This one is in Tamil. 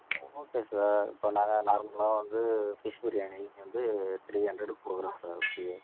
ஓகே சார் இப்போ நாங்கள் நார்மலாக வந்து ஃபிஷ் பிரியாணி வந்து த்ரீ ஹண்ட்ரடுக்கு கொடுக்கறோம் சார் இப்போயே